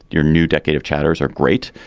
your new decade of chatters are great.